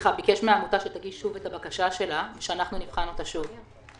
ביקש מהעמותה שתגיש שוב את הבקשה שלה כדי שנבחן אותה שוב.